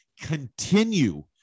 continue